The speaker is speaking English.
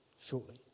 Shortly